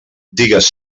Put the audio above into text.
digues